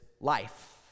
life